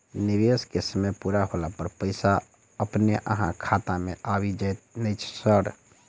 निवेश केँ समय पूरा होला पर पैसा अपने अहाँ खाता मे आबि जाइत नै सर?